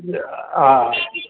हा